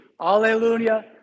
Alleluia